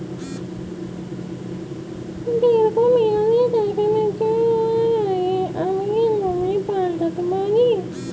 দীর্ঘ মেয়াদি টাকা ম্যাচিউর হবার আগে আমি কি নমিনি পাল্টা তে পারি?